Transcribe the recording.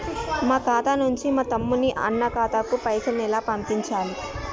మా ఖాతా నుంచి మా తమ్ముని, అన్న ఖాతాకు పైసలను ఎలా పంపియ్యాలి?